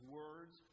words